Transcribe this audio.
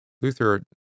Luther